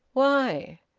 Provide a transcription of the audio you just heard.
why?